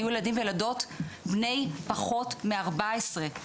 היו ילדים וילדות בני פחות מ-14.